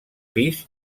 pis